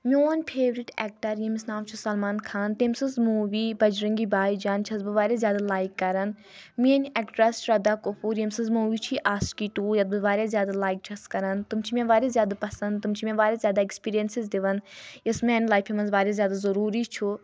میون favourite actor ییٚمِس ناو چھُ سلمان خان تٔمۍ سٕنٛز موٗوِی بَجرَنٛگی باے جان چھَس بہٕ واریاہ زیادٕ لایِک کران میٲنۍ ایٚکٹرَس شرٛدا کَپوٗر ییٚمہِ سٕنٛز موٗوِی چھِ یہِ آشکِی ٹوٗ یَتھ بہٕ واریاہ زیادٕ لایِک چھس کران تٕم چھِ مےٚ واریاہ زیادٕ پَسنٛد تِم چھِ مےٚ واریاہ زیادٕ اؠکٕسپیٖریَنسٕز دِوَان یُس میانہِ لایِفہِ منٛز واریاہ زیادٕ ضٔروٗری چھُ